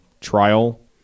trial